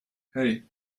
hey